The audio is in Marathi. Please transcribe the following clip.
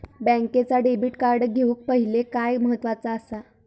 बँकेचा डेबिट कार्ड घेउक पाहिले काय महत्वाचा असा?